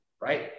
right